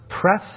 Press